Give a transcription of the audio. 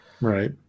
right